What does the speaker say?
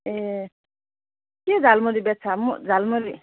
ए के झालुमरी बेच्छ मु झालमुरी